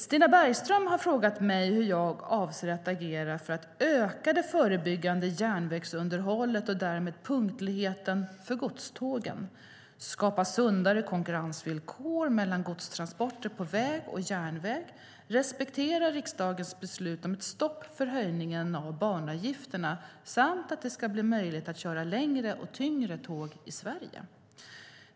Stina Bergström har frågat mig hur jag avser att agera för att öka det förebyggande järnvägsunderhållet och därmed punktligheten för godstågen skapa sundare konkurrensvillkor mellan godstransporter på väg och järnväg respektera riksdagens beslut om ett stopp för höjning av banavgifterna det ska bli möjligt att köra längre och tyngre tåg i Sverige.